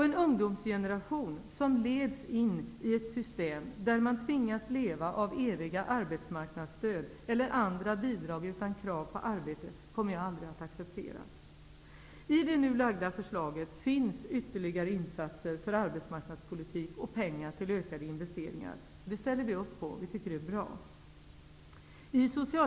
En ungdomsgeneration leds in i ett system där man tvingas leva av eviga arbetsmarknadsstöd eller andra bidrag utan krav på arbete. Något sådant kommer jag aldrig att acceptera. I det nu lagda förslaget finns pengar till ytterligare arbetsmarknadspolitiska insatser och ökade investeringar. Detta ställer vi upp på, och vi tycker att det är bra.